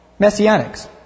Messianics